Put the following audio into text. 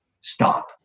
stop